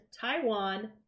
taiwan